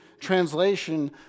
translation